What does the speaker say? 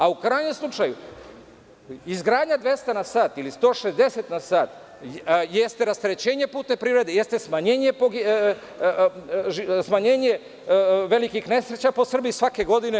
U krajnjem slučaju, izgradnja 200 na sat ili 160 na sat jeste rasterećenje putne privrede, jeste smanjenje velikih nesreća po Srbiji svake godine.